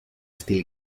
steel